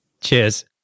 Cheers